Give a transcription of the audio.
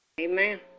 Amen